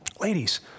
ladies